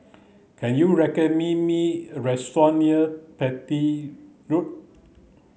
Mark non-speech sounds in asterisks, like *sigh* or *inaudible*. can you *unintelligible* me a restaurant near Beatty Road